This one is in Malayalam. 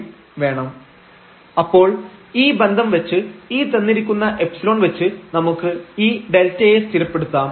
|x||y|2|x||y| |x||y|√2 √x2y2 √2 δϵ അപ്പോൾ ഈ ബന്ധം വച്ച് ഈ തന്നിരിക്കുന്ന ϵ വെച്ച് നമുക്ക് ഈ δ യെ സ്ഥിരപ്പെടുത്താം